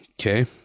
Okay